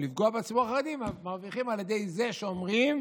לפגוע בציבור החרדי על ידי זה שאומרים: